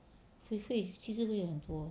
会会其实会很多